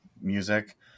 music